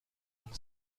and